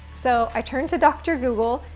so i turned to dr. google,